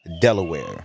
Delaware